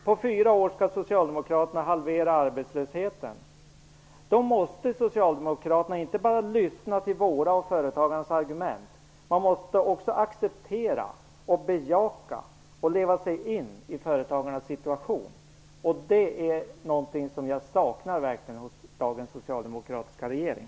På fyra år skall socialdemokraterna halvera arbetslösheten. Då måste socialdemokraterna inte bara lyssna till våra och företagarnas argument, utan man måste också acceptera, bejaka och leva sig in i företagarnas situation. Det är något som jag verkligen saknar hos dagens socialdemokratiska regering.